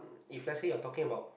if let's say you are talking about